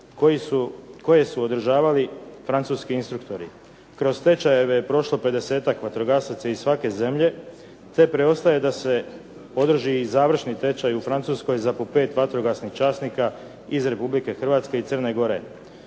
koje su održavali francuski instruktori. Kroz tečajeve je prošlo pedesetak vatrogasaca iz svake zemlje te preostaje da se održi i završni tečaj u Francuskoj za po pet vatrogasnih časnika iz Republike Hrvatske i Crne Gore.